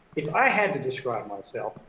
if i had to describe myself,